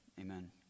amen